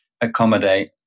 accommodate